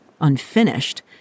unfinished